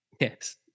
yes